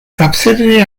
subsidiary